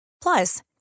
Plus